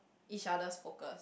each other's focus